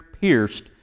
pierced